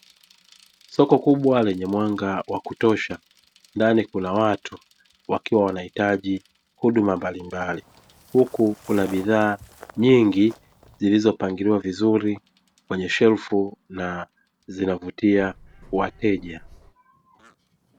Soko kubwa lenye mwanga wa kutosha ndani kuna watu wakiwa wanahitaji huduma mbalimbali, huku kuna bidhaa nyingi zilizopangiliwa vizuri kwenye shelfu na zinavutia wateja.